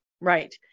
Right